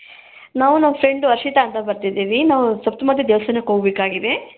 ನಾವು ನಮ್ಮ ಫ್ರೆಂಡು ಹರ್ಷಿತಾ ಅಂತ ಬರ್ತಿದ್ದೀವಿ ನಾವು ಸಪ್ತಮಾತೆ ದೇವಸ್ಥಾನಕ್ಕೆ ಹೋಗಬೇಕಾಗಿದೆ